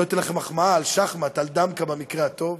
לא אתן לכם מחמאה בשחמט, בדמקה, במקרה הטוב.